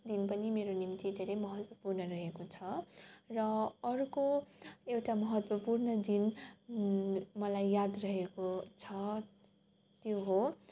दिन पनि मेरो निम्ति महत्त्वपूर्ण रहेको छ र अर्को एउटा महत्वपूर्ण दिन मलाई याद रहेको छ त्यो हो